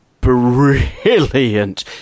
brilliant